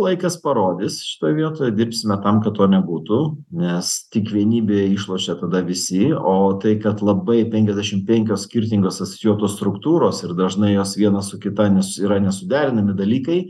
laikas parodys šitoj vietoj dirbsime tam kad to nebūtų nes tik vienybėje išlošia tada visi o tai kad labai penkiasdešim penkios skirtingos asocijuotos struktūros ir dažnai jos viena su kita nes yra nesuderinami dalykai